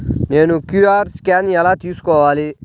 నేను QR scan ఎలా తీసుకోవాలి?